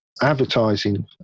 advertising